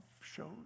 shows